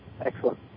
excellent